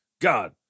God